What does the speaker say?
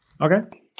Okay